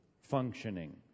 functioning